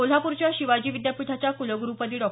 कोल्हापूरच्या शिवाजी विद्यापीठाच्या कुलगुरुपदी डॉ